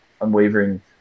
unwavering